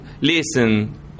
listen